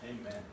Amen